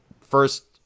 first